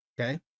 okay